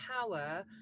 power